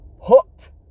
hooked